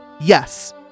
Yes